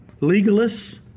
legalists